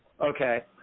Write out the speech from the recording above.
Okay